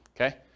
Okay